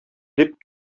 дип